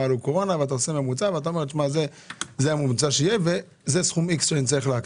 ולפי זה חישבתם סכום X שצריך להקצות.